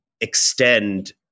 extend